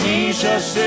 Jesus